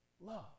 Love